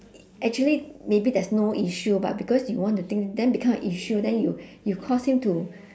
actually maybe there's no issue but because you want to dig then become an issue then you you cause him to